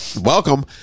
welcome